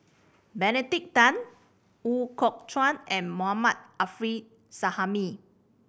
Benedict Tan Ooi Kok Chuen and Mohammad Arif Suhaimi